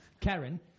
Karen